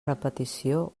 repetició